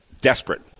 Desperate